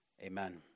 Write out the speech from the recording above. Amen